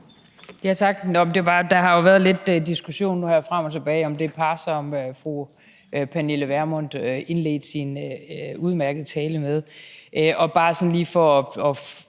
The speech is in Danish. Tak. Der har jo været lidt diskussion nu her frem og tilbage om det par, som fru Pernille Vermund indledte sin udmærkede tale med at nævne. Bare sådan lige for at